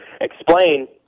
explain